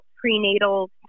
prenatal